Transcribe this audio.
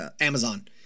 Amazon